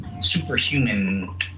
superhuman